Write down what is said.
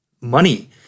money